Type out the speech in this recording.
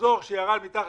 מחזור שירד מתחת